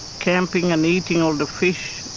camping and eating all the fish,